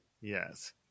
Yes